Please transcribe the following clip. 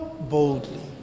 boldly